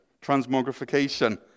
transmogrification